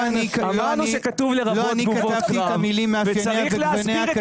לא אני כתבתי את המילים על כל מאפייניה וגווניה,